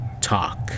talk